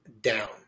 down